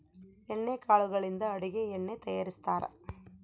ಎಣ್ಣೆ ಕಾಳುಗಳಿಂದ ಅಡುಗೆ ಎಣ್ಣೆ ತಯಾರಿಸ್ತಾರಾ